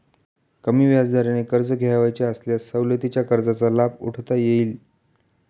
कमी व्याजदराने कर्ज घ्यावयाचे असल्यास सवलतीच्या कर्जाचा लाभ उठवता येईल